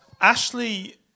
Ashley